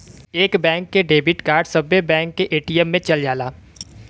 एक बैंक के debit card सब्बे बैंक के ए.टी.एम मे चल जाला